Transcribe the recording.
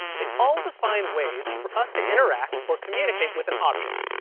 they all define ways for us to interact, or communicate with an object,